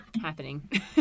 happening